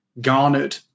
garnered